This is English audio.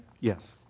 Yes